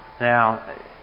Now